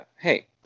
hey